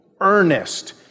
earnest